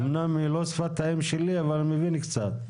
אומנם היא לא שפת האם שלי, אבל מבין קצת.